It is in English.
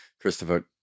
Christopher